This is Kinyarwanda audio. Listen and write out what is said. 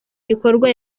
gikorwa